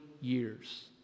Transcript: years